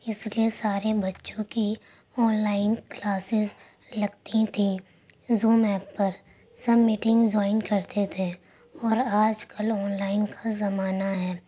اس لیے سارے بچوں کی آن لائن کلاسز لگتی تھیں زوم ایپ پر سب میٹنگ جوائن کرتے تھے اور آج کل آن لائن کا زمانہ ہے